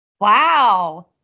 wow